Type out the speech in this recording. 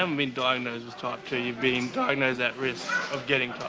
um been diagnosed with type two. you've been diagnosed at risk of getting